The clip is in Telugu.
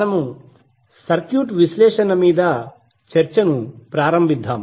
మనము సర్క్యూట్ విశ్లేషణ మీద చర్చను ప్రారంభిద్దాం